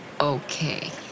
Okay